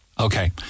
Okay